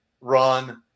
run